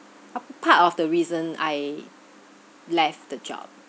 part of the reason I left the job